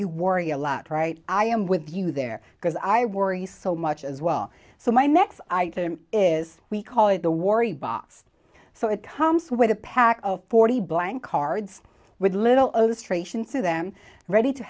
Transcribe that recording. you worry a lot right i am with you there because i worry so much as well so my next item is we call it the worry box so it comes with a pack of forty blank cards with little of the